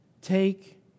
Take